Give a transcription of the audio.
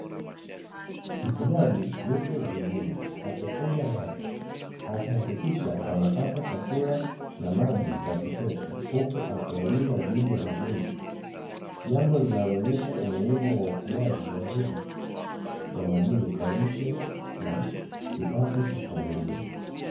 Mfugaji yupo zizini akifuga bata akihakikisha wanapata chakula na maji ya kutosha huku akiwalinda dhidi ya magonjwa, jambo linaloonyesha umuhimu wa ufugaji kwa ajili ya lishe kipato cha familia.